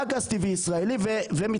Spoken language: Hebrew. רק גז טבעי ישראלי ומתחדשות.